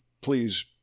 please